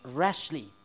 rashly